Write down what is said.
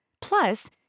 Plus